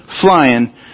flying